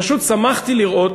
פשוט שמחתי לראות